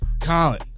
Colin